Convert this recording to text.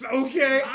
okay